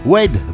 Wed